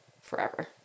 forever